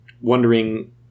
wondering